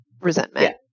resentment